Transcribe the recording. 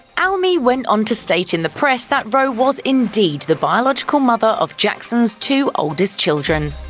almi went on to state in the press that rowe was indeed the biological mother of jackson' two oldest children.